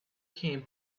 came